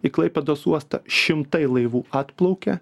į klaipėdos uostą šimtai laivų atplaukia